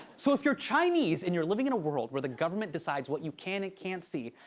so, if you're chinese and you're living in a world where the government decides what you can and can't see,